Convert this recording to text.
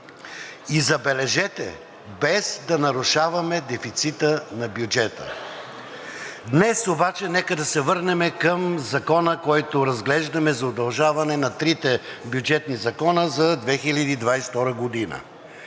И забележете – без да нарушаваме дефицита на бюджета. Днес обаче нека да се върнем към Закона, който разглеждаме за удължаване на трите бюджетни закона за 2022 г.